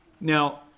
Now